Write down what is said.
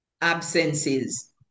absences